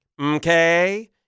Okay